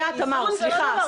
איזון זה לא דבר קדוש.